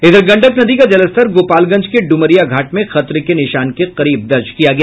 इधर गंडक नदी का जलस्तर गोपालगंज के डुमरिया घाट में खतरे के निशान के करीब दर्ज किया गया